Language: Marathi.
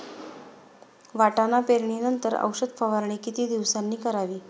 वाटाणा पेरणी नंतर औषध फवारणी किती दिवसांनी करावी?